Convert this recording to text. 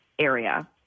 area